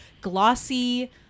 glossy